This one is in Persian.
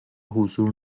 حضور